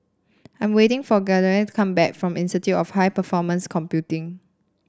I'm waiting for come back from Institute of High Performance Computing